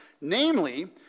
Namely